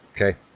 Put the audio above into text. Okay